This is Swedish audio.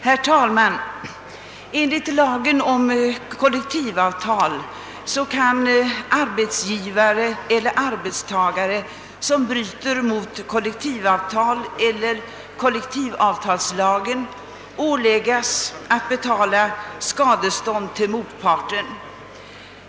Herr talman! Enligt lagen om kollektivavtal kan arbetsgivare eller arbetstagare som bryter mot kollektivavtal eller kollektivavtalslagen åläggas att betala skadestånd till motparten.